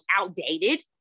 outdated